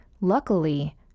Luckily